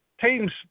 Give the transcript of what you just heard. teams